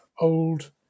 old